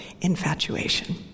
infatuation